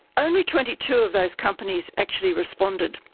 only twenty two of those companies actually responded,